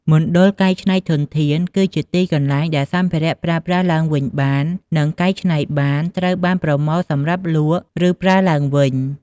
មណ្ឌលកែច្នៃធនធាន គឺជាទីន្លែងដែលសម្ភារៈប្រើប្រាស់ឡើងវិញបាននិងកែច្នៃបាន ត្រូវបានប្រមូលសម្រាប់លក់ឬប្រើឡើងវិញ។